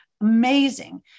Amazing